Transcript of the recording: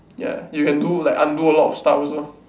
ya you can do like undo a lot stuffs also